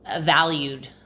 valued